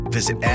Visit